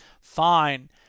Fine